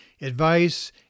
advice